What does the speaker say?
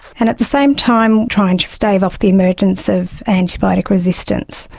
and at the same time trying to stave off the emergence of antibiotic resistance.